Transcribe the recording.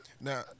Now